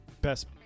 best